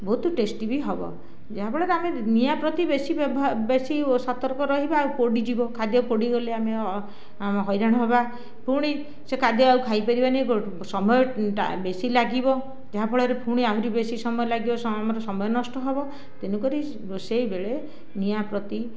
ବହୁତ ଟେଷ୍ଟି ବି ହେବ ଯାହାଫଳରେ ଆମେ ନିଆଁ ପ୍ରତି ବେଶି ବ୍ୟବହାର ବେଶି ସତର୍କ ରହିବା ଆଉ ପୋଡ଼ିଯିବ ଖାଦ୍ୟ ପୋଡ଼ି ଗଲେ ଆମେ ହଇରାଣ ହେବା ପୁଣି ସେହି ଖାଦ୍ୟ ଆଉ ଖାଇ ପାରିବାନି ସମୟ ବେଶି ଲାଗିବ ଯାହାଫଳରେ ପୁଣି ଆହୁରି ବେଶି ସମୟ ଲାଗିବ ଆମର ସମୟ ନଷ୍ଟ ହେବ ତେଣୁକରି ରୋଷେଇ ବେଳେ ନିଆଁ ପ୍ରତି